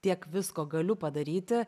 tiek visko galiu padaryti